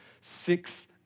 six